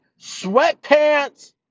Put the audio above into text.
sweatpants